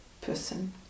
person